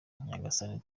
nyagasani